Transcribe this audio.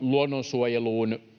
luonnonsuojeluun